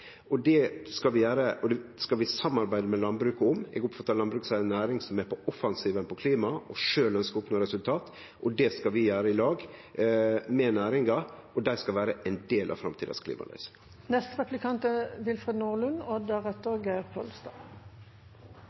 Det skal vi gjere, og det skal vi samarbeide med landbruket om. Eg oppfattar landbruket som ei næring som er på offensiven på klima og sjølv ønskjer å oppnå resultat. Det skal vi gjere i lag med næringa, og dei skal vere ein del av framtidas